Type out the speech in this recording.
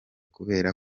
kubera